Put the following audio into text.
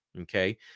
Okay